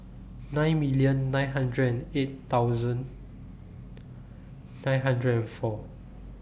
nine million nine hundred and eight thousand nine hundred four